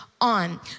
on